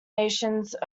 nations